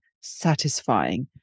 Satisfying